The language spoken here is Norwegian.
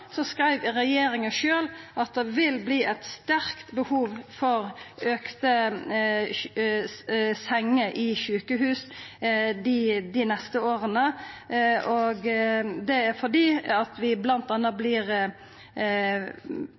skreiv regjeringa sjølv at det vil verta eit sterkt behov for fleire senger i sjukehus dei neste åra. Det er bl.a. fordi vi vert fleire eldre. Sjølv om vi